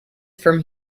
from